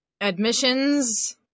Admissions